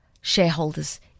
shareholders